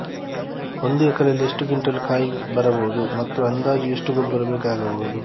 ಒಂದು ಎಕರೆಯಲ್ಲಿ ಎಷ್ಟು ಕ್ವಿಂಟಾಲ್ ಕಾಯಿ ಬರಬಹುದು ಮತ್ತು ಅಂದಾಜು ಎಷ್ಟು ಗೊಬ್ಬರ ಬೇಕಾಗಬಹುದು?